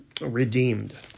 redeemed